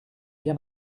bien